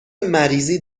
مریضی